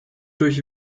durch